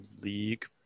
league